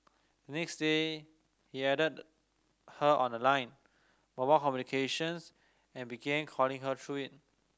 next day he added her on the Line mobile communications and began calling her through it